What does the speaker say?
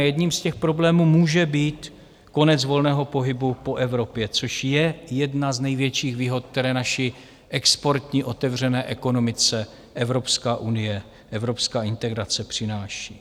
A jedním z těch problémů může být konec volného pohybu po Evropě, což je jedna z největších výhod, které naší exportní otevřené ekonomice Evropská unie, evropská integrace přináší.